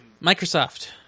Microsoft